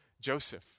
Joseph